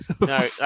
No